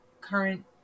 current